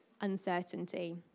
uncertainty